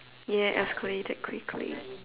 ya escalated quickly